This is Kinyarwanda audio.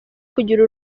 kugira